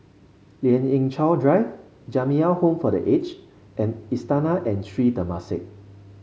Lien Ying Chow Drive Jamiyah Home for The Aged and Istana and Sri Temasek